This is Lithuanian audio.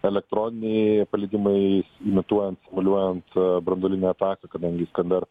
elektroniniai paleidimai imituojant simuliuojant branduolinę ataką kadangi iskander